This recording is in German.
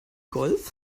golf